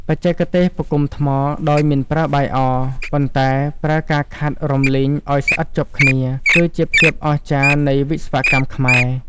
បច្ចេកទេសផ្គុំថ្មដោយមិនប្រើបាយអ ប៉ុន្តែប្រើការខាត់រំលីងឱ្យស្អិតជាប់គ្នា គឺជាភាពអស្ចារ្យនៃវិស្វកម្មខ្មែរ។